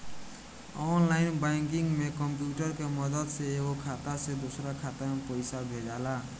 online banking में computer के मदद से एगो खाता से दोसरा खाता में पइसा भेजाला